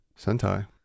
Sentai